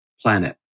planet